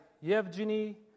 Yevgeny